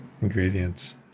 ingredients